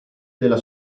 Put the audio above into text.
della